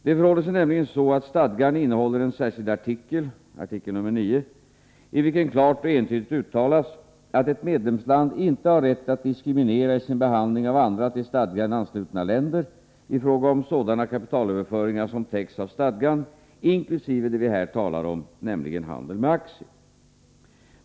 Det förhåller sig nämligen så att stadgan innehåller en särskild artikel — artikel 9 — i vilken klart och entydigt uttalas att ett medlemsland inte har rätt att diskriminera i sin behandling av andra till stadgan anslutna länder i fråga om sådana kapitalöverföringar som täcks av stadgan inkl. det vi här talar om, nämligen handel med aktier.